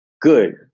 good